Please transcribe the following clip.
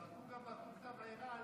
זרקו גם בקבוק תבערה על בית של מישהו.